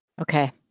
Okay